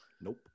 Nope